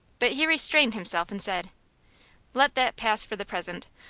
but he restrained himself and said let that pass for the present.